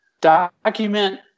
document